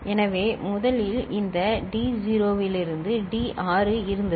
எனவே முதலில் இந்த டி0 லிருந்து டி 6 இருந்தது